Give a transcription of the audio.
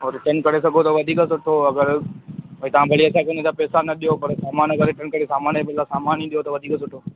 और रिटर्न करे सघो त वधीक सुठो अगरि भाई तव्हां भली असांखे हुन जा पेसा न ॾियो पर सामान जे करे सामान जे बदलां सामान ई ॾियो त वधीक सुठो